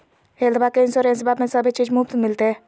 हेल्थबा के इंसोरेंसबा में सभे चीज मुफ्त मिलते?